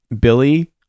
Billy